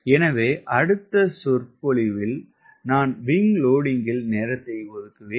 எனவே அடுத்த சொற்பொழிவு நான் விங் லோடிங்கில் நேரத்தை ஒதுக்குவேன்